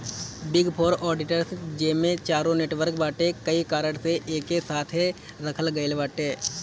big four auditors जेमे चारो network बाटे कई कारण से एके साथे रखल गईल बाटे